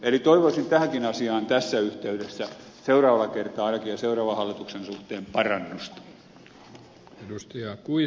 eli toivoisin tähänkin asiaan tässä yhteydessä seuraavaan kertaan ainakin ja seuraavan hallituksen suhteen parannusta